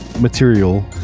material